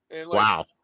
Wow